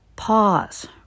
pause